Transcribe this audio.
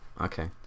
okay